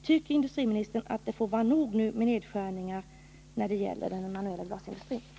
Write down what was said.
Tycker industriministern att det får vara nog nu med nedskärningar när det gäller den manuella glasindustrin?